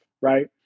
right